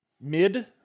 Mid